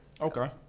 Okay